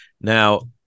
Now